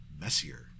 messier